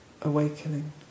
awakening